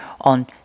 on